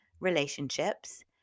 relationships